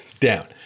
down